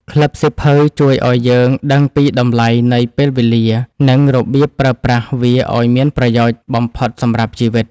ក្លឹបសៀវភៅជួយឱ្យយើងដឹងពីតម្លៃនៃពេលវេលា និងរបៀបប្រើប្រាស់វាឱ្យមានប្រយោជន៍បំផុតសម្រាប់ជីវិត។